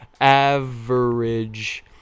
Average